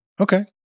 Okay